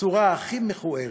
בצורה הכי מכוערת,